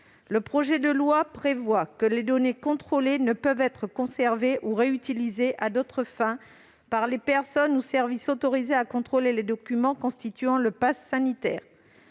Le projet de loi prévoit que les données contrôlées ne peuvent pas être conservées ou réutilisées à d'autres fins par les personnes ou services autorisés à contrôler les documents constituant le passe sanitaire.